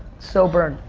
so burned,